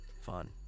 Fun